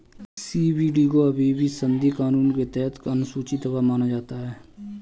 CBD को अभी भी संघीय कानून के तहत अनुसूची दवा माना जाता है